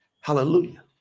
Hallelujah